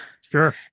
sure